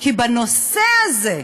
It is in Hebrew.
כי בנושא הזה,